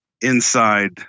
inside